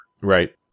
Right